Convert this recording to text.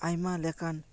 ᱟᱭᱢᱟ ᱞᱮᱠᱟᱱ